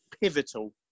pivotal